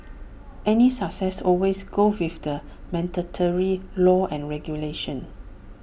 any success always goes with the mandatory law and regulation